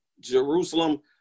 Jerusalem